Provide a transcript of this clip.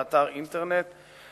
ואתר אינטרנט.